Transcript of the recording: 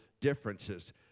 differences